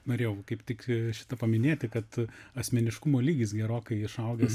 norėjau kaip tik šitą paminėti kad asmeniškumo lygis gerokai išaugęs